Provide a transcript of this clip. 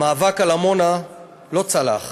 המאבק על עמונה לא צלח.